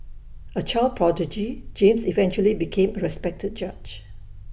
A child prodigy James eventually became A respected judge